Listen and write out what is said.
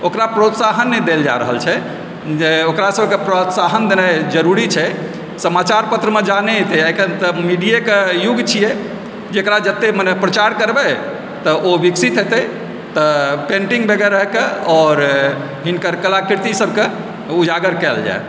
ओकरा प्रोत्साहन नहि देल जा रहल छै जे ओकरा सबके प्रोत्साहन देनाय जरूरी छै समाचार पत्रमे जा नहि एतय आइ काल्हि तऽ मीडियेके युग छियै जकरा जते मने प्रचार करबय तऽ ओ विकसित हेतय तऽ पेन्टिंग वगैरहके आओर हिनकर कलाकृति सबके उजागर कयल जाइ